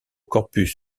corpus